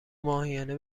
ماهیانه